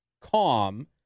calm